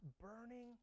burning